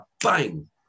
bang